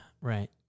right